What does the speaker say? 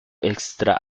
extra